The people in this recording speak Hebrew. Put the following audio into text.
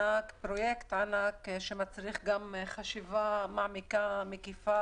פרויקט ענק שמצריך חשיבה מעמיקה ומקיפה